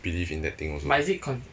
believe in that thing also